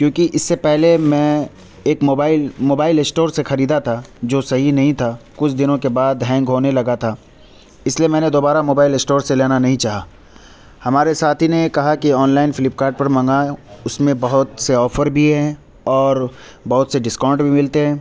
کیونکہ اس سے پہلے میں ایک موبائل موبائل اسٹور سے خریدا تھا جو صحیح نہیں تھا کچھ دنوں کے بعد ہینگ ہونے لگا تھا اس لیے میں نے دوبارہ موبائل اسٹور سے لینا نہیں چاہا ہمارے ساتھی نے کہا کہ آن لائن فلپ کارٹ پہ منگاؤ اس میں بہت سے آفر بھی ہیں اور بہت سے ڈسکاؤنٹ بھی ملتے ہیں